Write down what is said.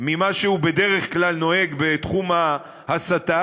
מכפי שהוא בדרך כלל נוהג בתחום ההסתה,